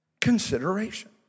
consideration